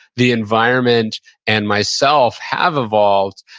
the environment and myself have evolved.